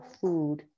food